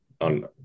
on